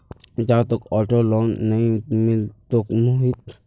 जा, तोक auto loan नइ मिलतोक मोहित